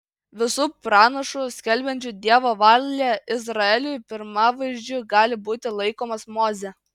visų pranašų skelbiančių dievo valią izraeliui pirmavaizdžiu gali būti laikomas mozė